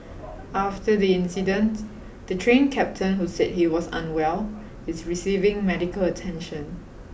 after the incident the Train Captain who said he was unwell is receiving medical attention